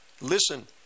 listen